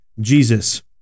Jesus